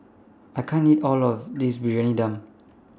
I can't eat All of This Briyani Dum